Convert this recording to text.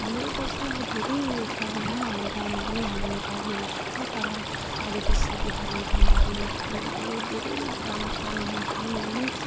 हाम्रो यता चाहिँ अब धेरै ऊ यो छ हैन हाम्रो गाउँमा पनि हामी नेपालीहरू छ तर आदिवासी बिहारी बङ्गाली मुस्लिमहरू धेरै मात्रामा छ उनीहरू पनि हैन